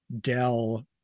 Dell